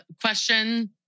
question